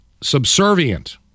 subservient